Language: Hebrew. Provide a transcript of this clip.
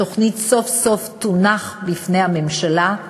התוכנית סוף-סוף תונח בפני הממשלה,